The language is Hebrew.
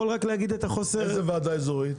איזה ועדה אזורית?